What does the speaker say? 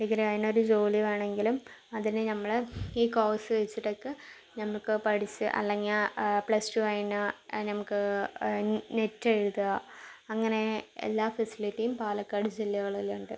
degree കഴിഞ്ഞൊരു ജോലി വേണമെങ്കിലും അതിന് ഞമ്മൾ ഈ കോഴ്സ് വെച്ചിട്ടൊക്കെ ഞമ്മക്ക് പഠിച്ച് അല്ലെങ്കിൽ ആ പ്ലസ് ടൂ കഴിഞ്ഞാൽ ഞമക്ക് നെറ്റ് എഴുതുക അങ്ങനെ എല്ലാ ഫെസിലിറ്റിയും പാലക്കാട് ജില്ലകളിലുണ്ട്